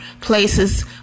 places